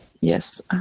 yes